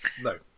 No